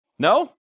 No